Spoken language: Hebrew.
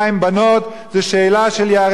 זו שאלה של ייהרג ואל יעבור,